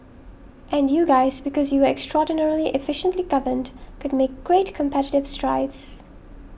and you guys because you extraordinarily efficiently governed could make great competitive strides